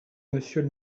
monsieur